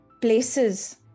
places